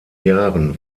jahren